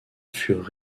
furent